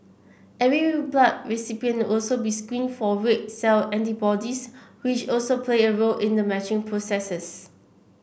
every blood recipient also be screened for red cell antibodies which also play a role in the matching process